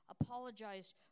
apologized